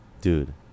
dude